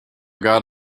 got